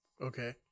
Okay